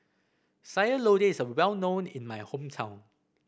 Sayur Lodeh is well known in my hometown